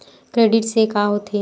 Credit से का होथे?